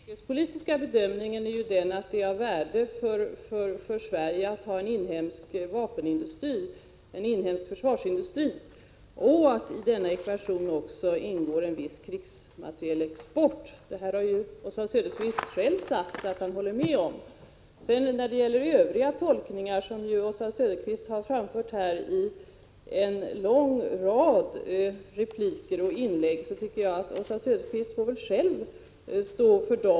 Herr talman! Den säkerhetspolitiska bedömningen är den att det är av värde för Sverige att ha en inhemsk vapenoch försvarsindustri och att i denna ekvation också ingår en viss krigsmaterielexport. Det har Oswald Söderqvist själv sagt att han håller med om. De övriga tolkningar som Oswald Söderqvist har framfört i en lång rad repliker och inlägg får han själv stå för.